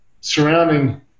surrounding